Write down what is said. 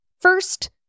First